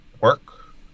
work